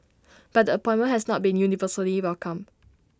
but the appointment has not been universally welcomed